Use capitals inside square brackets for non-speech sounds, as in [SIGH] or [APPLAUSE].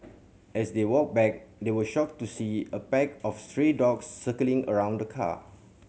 as they walked back they were shocked to see [UNINTELLIGIBLE] a pack of stray dogs circling around the car